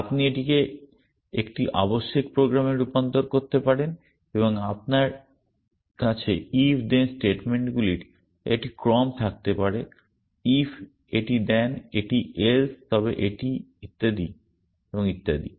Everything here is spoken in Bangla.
আপনি এটিকে একটি আবশ্যিক প্রোগ্রামে রূপান্তর করতে পারেন এবং আপনার কাছে ইফ দেন স্টেটমেন্টগুলির একটি ক্রম থাকতে পারে ইফ এটি দেন এটি এলস তবে এটি এবং ইত্যাদি